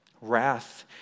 Wrath